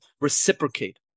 Reciprocate